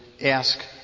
ask